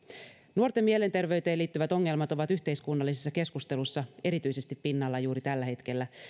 nuorten mielenterveyteen liittyvät ongelmat ovat yhteiskunnallisessa keskustelussa erityisesti pinnalla juuri tällä hetkellä